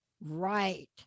Right